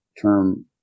term